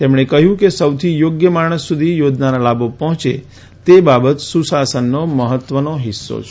તેમણે કહ્યું કે સૌથી થોગ્ય માણસ સુધી યોજનાના લાભો પહોંચે તે બાબત સુશાસનનો મહત્વનો હિસ્સો છે